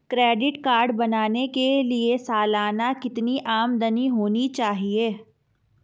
Credit card बनाने के लिए सालाना कितनी आमदनी होनी चाहिए?